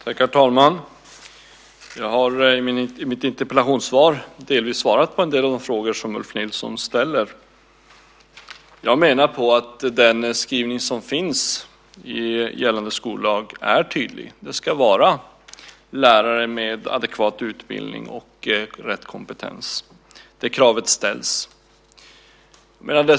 Herr talman! Jag har i mitt interpellationssvar delvis svarat på en del av de frågor som Ulf Nilsson ställer. Jag menar att den skrivning som finns i gällande skollag är tydlig. Det ska vara lärare med adekvat utbildning och rätt kompetens. Det kravet ställs.